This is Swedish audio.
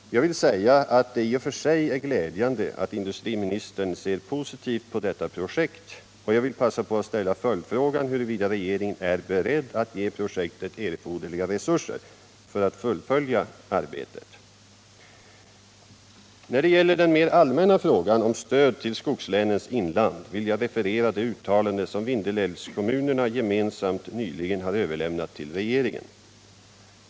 Jag vill säga att det i och för sig är glädjande att industriministern ser positivt på detta projekt, och jag vill passa på att ställa följdfrågan huruvida regeringen är beredd att ge projektet erforderliga resurser för att fullfölja arbetet. När det gäller den mer allmänna frågan om stöd till skogslänens inland vill jag referera det uttalande som Vindelälvskommunerna gemensamt nyligen har överlämnat till regeringen.